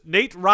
Nate